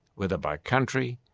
whether by country,